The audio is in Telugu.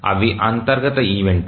అవి అంతర్గత ఈవెంట్ లు